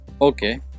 Okay